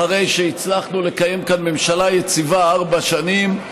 אחרי שהצלחנו לקיים כאן ממשלה יציבה ארבע שנים.